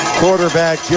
quarterback